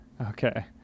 okay